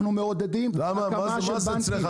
אנחנו מעודדים הקמה של בנקים.